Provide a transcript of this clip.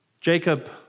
Jacob